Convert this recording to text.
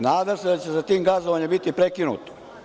Nadam se da će sa tim gazdovanjem biti prekinuto.